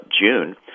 June